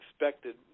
expected